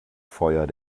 feuer